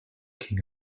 king